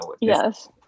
yes